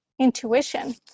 intuition